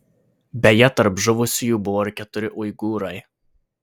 beje tarp žuvusiųjų buvo ir keturi uigūrai